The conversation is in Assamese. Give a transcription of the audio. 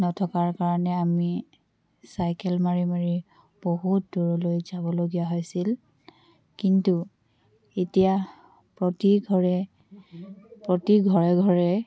নথকাৰ কাৰণে আমি চাইকেল মাৰি মাৰি বহুত দূৰলৈ যাব লগীয়া হৈছিল কিন্তু এতিয়া প্ৰতি ঘৰে প্ৰতি ঘৰে ঘৰে